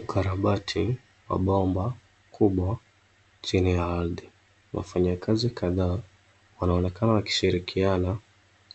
Ukarabati, wa bomba kubwa chini ya ardhi. Wafanyikazi kadhaa wanaonekana wakishirikiana